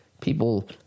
People